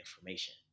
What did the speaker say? information